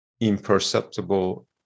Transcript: imperceptible